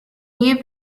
you